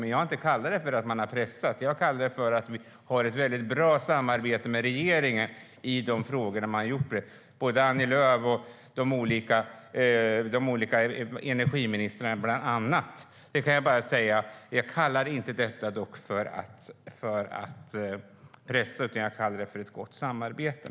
Men jag har inte kallat det för att "pressa", utan jag har kallat det att vi har ett bra samarbete med regeringen i de frågor där detta har skett. Det gäller bland andra Annie Lööf och de olika energiministrarna. Jag kallar dock detta inte att pressa, utan jag kallar det ett gott samarbete.